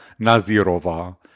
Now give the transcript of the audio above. Nazirova